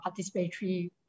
participatory